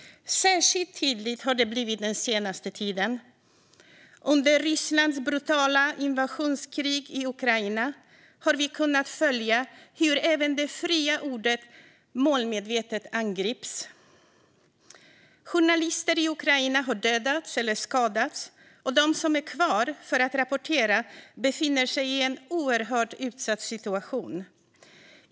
Särskilt tydligt har det blivit den senaste tiden. Under Rysslands brutala invasionskrig i Ukraina har vi kunnat följa hur även det fria ordet målmedvetet angripits. Journalister i Ukraina har dödats eller skadats. De som är kvar för att rapportera befinner sig i en oerhört utsatt situation.